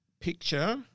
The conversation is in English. picture